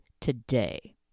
today